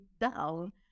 down